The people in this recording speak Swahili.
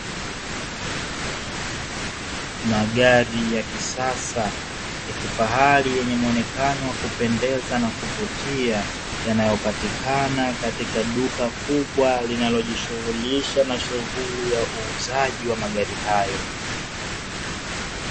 Magari ya kisasa ya kifahari yenye muonekano wa kupendeza na kuvutia yanayopatikana katika duka kubwa, linalojishughulisha na shughuli ya uuzaji wa magari hayo.